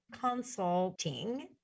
Consulting